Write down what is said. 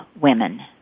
women